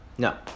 No